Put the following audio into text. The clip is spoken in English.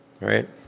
right